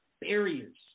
barriers